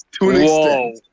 whoa